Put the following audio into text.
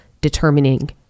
determining